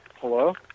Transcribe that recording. Hello